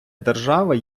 держави